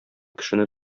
кешене